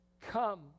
Come